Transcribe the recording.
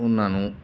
ਉਹਨਾਂ ਨੂੰ